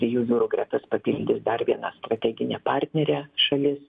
trijų jūrų gretas papildys dar viena strateginė partnerė šalis